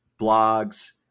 blogs